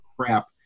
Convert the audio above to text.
crap